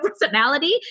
personality